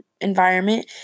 environment